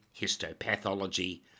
histopathology